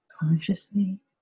Consciously